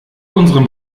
unserem